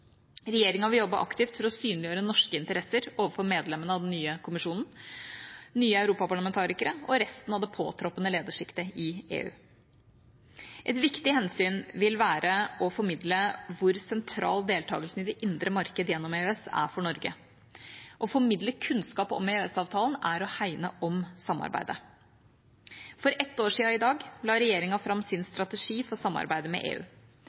Regjeringa vil jobbe aktivt for å synliggjøre norske interesser overfor medlemmene av den nye kommisjonen, nye europaparlamentarikere og resten av det påtroppende ledersjiktet i EU. Et viktig hensyn vil være å formidle hvor sentral deltakelsen i det indre marked gjennom EØS er for Norge. Å formidle kunnskap om EØS-avtalen er å hegne om samarbeidet. For ett år siden i dag la regjeringa fram sin strategi for samarbeidet med EU.